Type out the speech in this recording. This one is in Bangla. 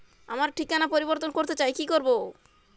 আমার ঠিকানা পরিবর্তন করতে চাই কী করব?